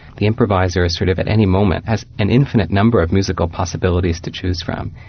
the improviser sort of at any moment has an infinite number of musical possibilities to choose from.